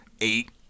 Eight